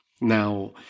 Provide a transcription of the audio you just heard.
Now